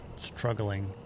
struggling